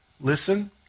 Listen